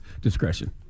discretion